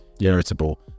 irritable